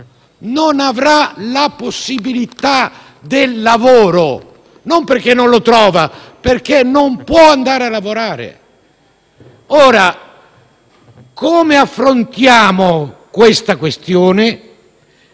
non avrà la possibilità del lavoro, non perché non lo trova, ma perché non può andare a lavorare. Come affrontiamo, dunque, tale questione?